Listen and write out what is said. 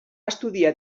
estudiar